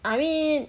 I mean